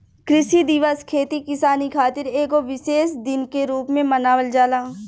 कृषि दिवस खेती किसानी खातिर एगो विशेष दिन के रूप में मनावल जाला